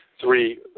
three